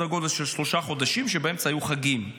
גודל של שלושה חודשים כשבאמצע היו חגים.